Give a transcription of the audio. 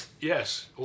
yes